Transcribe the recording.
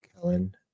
Kellen